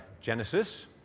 Genesis